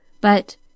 but